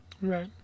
right